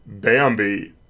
Bambi